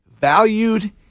valued